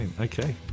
Okay